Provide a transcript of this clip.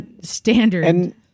standard